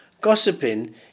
Gossiping